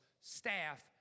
staff